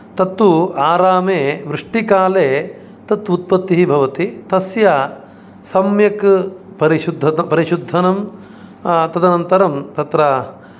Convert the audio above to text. तत्तु आरामे वृष्टिकाले तत् उत्पत्तिः भवति तस्य सम्यक् परिशुद्ध परिशोधनं तदनन्तरं तत्र